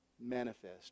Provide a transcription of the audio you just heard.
manifest